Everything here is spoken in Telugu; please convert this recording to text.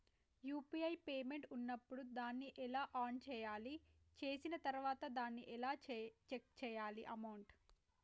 యూ.పీ.ఐ పేమెంట్ ఉన్నప్పుడు దాన్ని ఎలా ఆన్ చేయాలి? చేసిన తర్వాత దాన్ని ఎలా చెక్ చేయాలి అమౌంట్?